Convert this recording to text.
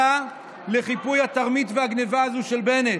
לחיפוי התרמית והגנבה הזו של בנט.